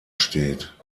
steht